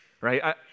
right